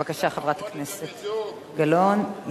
בבקשה, חברת הכנסת גלאון.